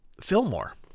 Fillmore